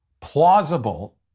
plausible